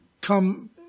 come